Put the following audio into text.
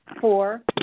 Four